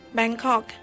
Bangkok